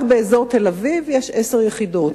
רק באזור תל-אביב יש עשר יחידות.